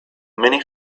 many